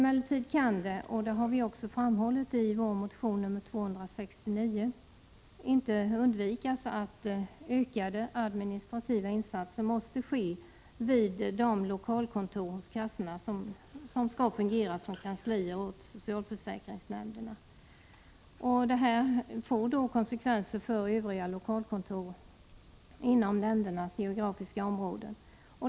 Det kan emellertid — som vi också framhållit i motion nr 269 — inte undvikas att ökade administrativa insatser måste ske vid de lokalkontor hos kassorna som skall fungera som kanslier åt socialförsäkringsnämnderna. Detta får då konsekvenser för övriga lokalkontor inom nämndernas geografiska områden.